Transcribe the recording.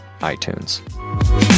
iTunes